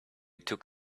took